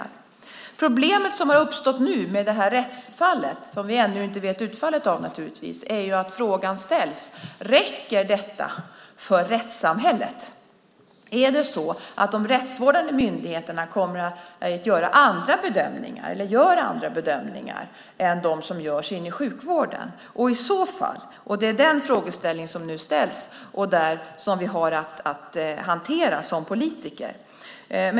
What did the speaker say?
Det problem som har uppstått nu med det rättsfall som vi ännu inte känner till utfallet av är att frågan ställs: Räcker detta för rättssamhället? Kommer de rättsvårdande myndigheterna att göra andra bedömningar, eller gör de andra bedömningar nu, än de som görs inne i sjukvården? Det är den frågeställning som nu ställs och som vi har att hantera som politiker.